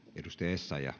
arvoisa